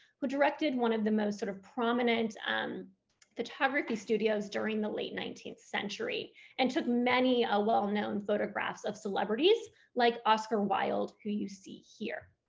who directed one of the most sort of prominent um photography studios during the late nineteenth century and took many ah well-known photographs of celebrities like oscar wilde, who you see here.